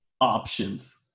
options